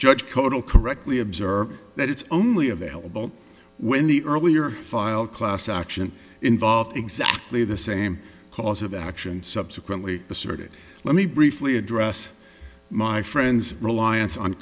judge codell correctly observed that it's only available when the earlier filed class action involved exactly the same cause of action subsequently asserted let me briefly address my friend's reliance on